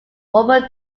over